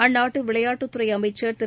அந்நாட்டு விளையாட்டுத்துறை அமைச்சர் திரு